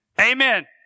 Amen